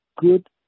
good